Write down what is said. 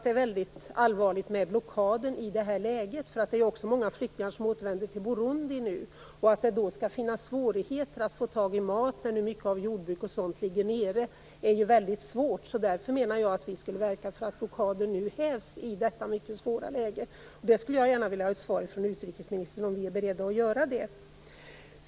Det är allvarligt med en blockad i det här läget. Många flyktingar återvänder nu till Burundi, och det är svårt om det blir problem att få tag i mat nu när mycket av jordbruket ligger nere. Därför bör vi verka för att blockaden hävs i detta mycket svåra läge. Jag vill gärna ha ett svar från utrikesministern på om ni är beredda att göra det.